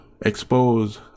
expose